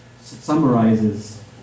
summarizes